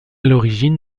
l’origine